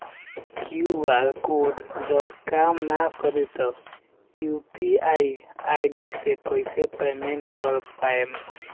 QR code जब काम ना करी त यू.पी.आई आई.डी से कइसे पेमेंट कर पाएम?